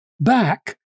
back